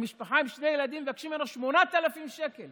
הם משפחה עם שני ילדים, מבקשים ממנו 8,000 שקל.